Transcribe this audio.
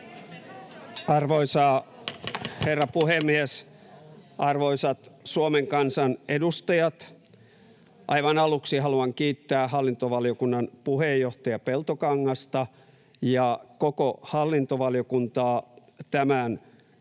Arvoisa herra puhemies! Arvoisat Suomen kansan edustajat! Aivan aluksi haluan kiittää hallintovaliokunnan puheenjohtaja Peltokangasta ja koko hallintovaliokuntaa tämän puheena